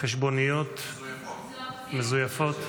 מזויפות.